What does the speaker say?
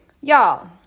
Y'all